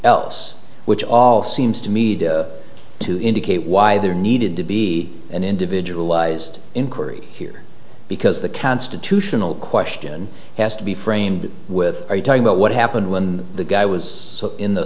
else which all seems to me to indicate why there needed to be an individualized inquiry here because the constitutional question has to be framed with are you talking about what happened when the guy was in the